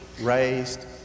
raised